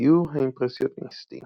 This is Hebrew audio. הציור האימפרסיוניסטי